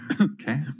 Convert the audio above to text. Okay